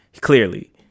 clearly